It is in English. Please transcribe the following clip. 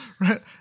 Right